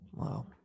Wow